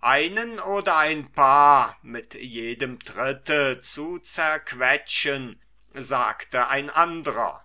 einen oder ein paar zugleich mit jedem tritte zu zerquetschen sagte ein andrer